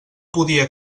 podia